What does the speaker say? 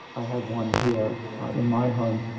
i have one here in my home,